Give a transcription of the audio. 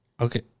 okay